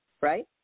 Right